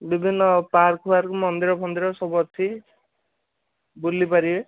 ବିଭିନ୍ନ ପାର୍କ ଫାର୍କ ମନ୍ଦିର ଫନ୍ଦିର ସବୁ ଅଛି ବୁଲି ପାରିବେ